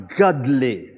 godly